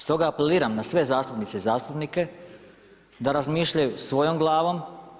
Stoga apeliram na sve zastupnice i zastupnike da razmišljaju svojom glavom.